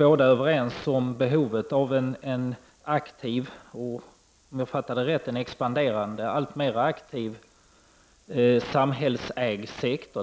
Vi är överens om behovet av en aktiv och, om jag fattade det rätt, expanderande, alltmera aktiv samhällsägd sektor,